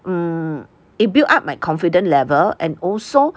mm it build up my confident level and also